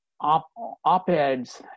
op-eds